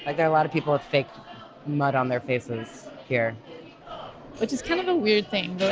like there are a lot of people with fake mud on their faces here which is kind of a weird thing.